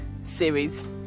series